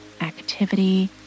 activity